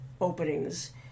openings